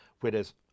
Whereas